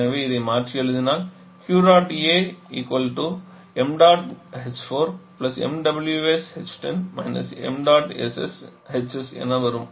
எனவே இதை மாற்றி எழுதினால் என வரும்